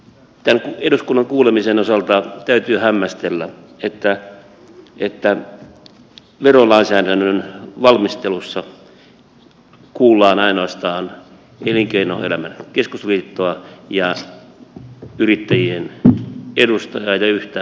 tämän eduskunnan kuulemisen osalta täytyy hämmästellä että verolainsäädännön valmistelussa kuullaan ainoastaan elinkeinoelämän keskusliittoa yrittäjien edustajaa ja yhtä professoria